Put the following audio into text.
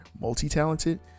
Multi-talented